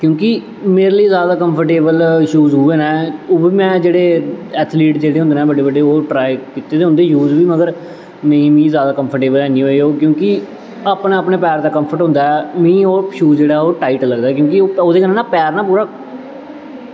क्योंकि मेरे लेई जैदा कंफ्टटेवल शूज़ उऐ न ओह् बी में जेह्ड़े ऐथलीट होंदे न बड्डे बड्डे ओह् ट्राई कीते दे उं'दे शूज़ बी मगर मिगी जैदा कंफ्टटेवल ऐनी होये क्योंकि अपने अपने पैर दा कंफ्ट होंदा ऐ मीं ओह् शूज़ जेह्ड़ा टाईट लगदा क्योंकि ओह्दे कन्नै ना पैर ना थोह्ड़ा